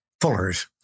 Fullers